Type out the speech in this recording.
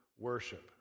worship